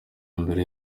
mbere